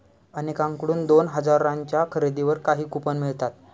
अनेकांकडून दोन हजारांच्या खरेदीवर काही कूपन मिळतात